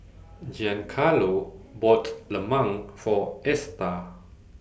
Giancarlo bought Lemang For Esta